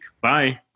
Bye